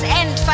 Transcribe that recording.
end